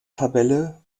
tabelle